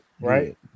right